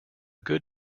good